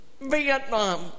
Vietnam